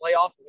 playoff